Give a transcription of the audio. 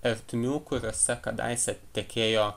ertmių kuriose kadaise tekėjo